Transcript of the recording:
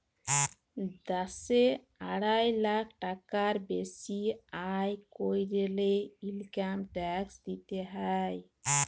দ্যাশে আড়াই লাখ টাকার বেসি আয় ক্যরলে ইলকাম ট্যাক্স দিতে হ্যয়